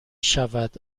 شود